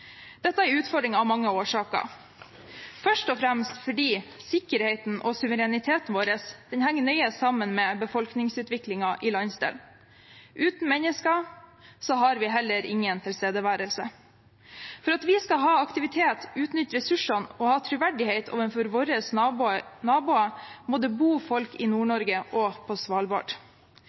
Dette er en utfordring av mange årsaker, først og fremst fordi sikkerheten og suvereniteten vår henger nøye sammen med befolkningsutviklingen i landsdelen. Uten mennesker har vi heller ingen tilstedeværelse. For at vi skal ha aktivitet, utnytte ressursene og ha troverdighet overfor våre naboer, må det bo folk i Nord-Norge og på Svalbard.